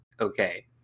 okay